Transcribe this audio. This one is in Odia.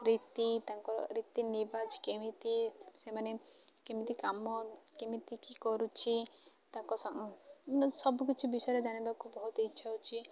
ରୀତି ତାଙ୍କର ରୀତି ରିବାଜ କେମିତି ସେମାନେ କେମିତି କାମ କେମିତି କି କରୁଛି ତାଙ୍କ ସବୁକିଛି ବିଷୟରେ ଜାଣିବାକୁ ବହୁତ ଇଚ୍ଛା ହେଉଛି